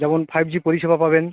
যেমন five G পরিষেবা পাবেন